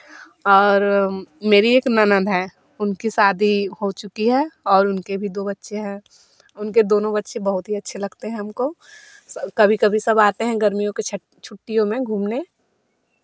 और मेरी एक ननद है उनकी शादी हो चुकी है और उनके भी दो बच्चे हैं उनको दोनों बच्चे बहुत ही अच्छे लगते हैं हमको स कभी कभी सब आते है गर्मियों छट छुट्टियों में घूमने